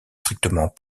strictement